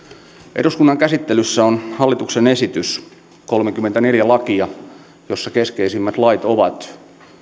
eduskunnan käsittelyssä on hallituksen esitys kolmekymmentäneljä lakia joissa keskeisimmät lait ovat